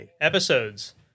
episodes